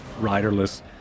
riderless